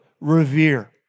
revere